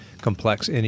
complex